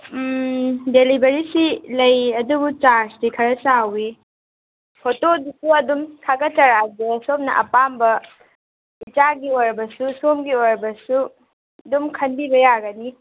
ꯗꯦꯂꯤꯕꯔꯤꯁꯤ ꯂꯩ ꯑꯗꯨꯕꯨ ꯆꯥꯔꯖꯇꯤ ꯈꯔ ꯆꯥꯎꯏ ꯐꯣꯇꯣꯗꯨꯁꯨ ꯑꯗꯨꯝ ꯊꯥꯒꯠꯆꯔꯛꯑꯒꯦ ꯁꯣꯝꯅ ꯑꯄꯥꯝꯕ ꯏꯆꯥꯒꯤ ꯑꯣꯏꯔꯕꯁꯨ ꯁꯣꯝꯒꯤ ꯑꯣꯏꯔꯕꯁꯨ ꯑꯗꯨꯝ ꯈꯟꯕꯤꯕ ꯌꯥꯒꯅꯤ